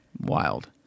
Wild